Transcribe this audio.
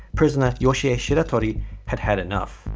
prisoner yoshie ah shiratori had had enough.